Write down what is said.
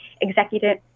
executive